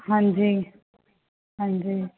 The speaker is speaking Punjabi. ਹਾਂਜੀ ਹਾਂਜੀ